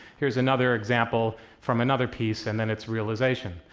here's another example from another piece, and then its realization.